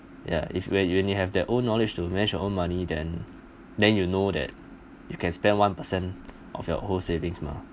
ya if when you if you have that own knowledge to manage your own money then then you know that you can spend one per cent of your whole savings mah